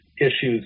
issues